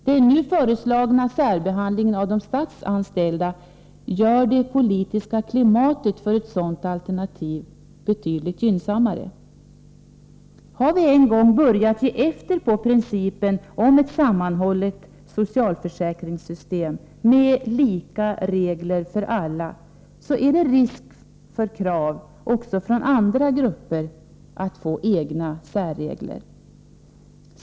Den nu föreslagna särbehandlingen av statsanställda gör det politiska klimatet för ett sådant alternativ betydligt gynnsammare. Har vi en gång börjat ge efter på principen om ett sammanhållet socialförsäkringssystem med lika regler för alla, är det risk för att också andra grupper ställer krav på att få egna särregler.